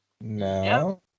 no